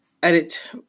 edit